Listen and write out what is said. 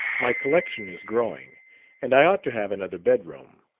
my collection is growing and i ought to have another bedroom.